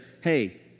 hey